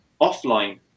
offline